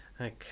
Okay